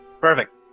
Perfect